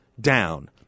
down